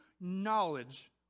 knowledge